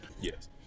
yes